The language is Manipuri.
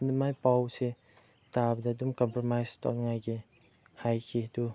ꯑꯗꯨꯃꯥꯏꯅ ꯄꯥꯎꯁꯦ ꯇꯥꯕꯗ ꯑꯗꯨꯝ ꯀꯝꯄ꯭ꯔꯣꯃꯥꯏꯁ ꯇꯧꯅꯤꯡꯉꯥꯏꯒꯤ ꯍꯥꯏꯈꯤ ꯑꯗꯨ